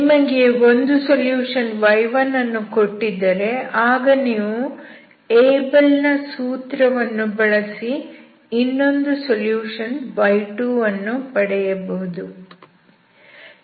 ನಿಮಗೆ ಒಂದು solution y1 ಅನ್ನು ಕೊಟ್ಟಿದ್ದರೆ ಆಗ ನೀವು ಏಬಲ್ ನ ಸೂತ್ರವನ್ನು ಬಳಸಿ ಇನ್ನೊಂದು ಸೊಲ್ಯೂಷನ್ y2 ವನ್ನು ಪಡೆಯಬಹುದು